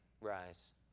rise